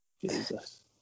Jesus